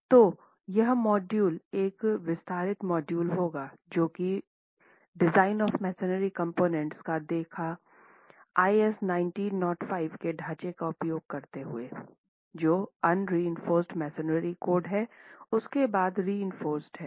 तो यह माड्यूल एक विस्तारित माड्यूल होगा जो कि डिज़ाइन ऑफ़ मैसनरी कंपोनेंट्स का देखेगा आईएस 1905 के ढांचे का उपयोग करते हुए जो उनरेन्फोर्स्ड मैसनरी कोड है उसके बाद रेफोरसेद हैं